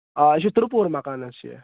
آ یہِ چھُ تُرٛپوٗر مَکان حظ چھُ یہِ